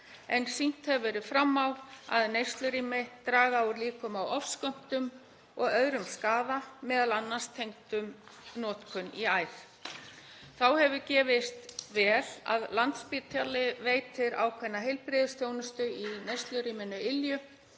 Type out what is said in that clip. en sýnt hefur verið fram á að neyslurými draga úr líkum á ofskömmtun og öðrum skaða, m.a. tengdum notkun í æð. Þá hefur gefist vel að Landspítali veitir ákveðna heilbrigðisþjónustu í neyslurýmum Ylju